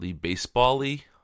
baseball-y